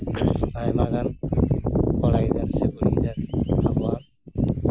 ᱟᱭᱢᱟᱜᱟᱱ ᱠᱚᱲᱟ ᱜᱤᱫᱟᱹᱨ ᱥᱮ ᱠᱩᱲᱤ ᱜᱤᱫᱟᱹᱨ ᱟᱵᱚᱣᱟᱜ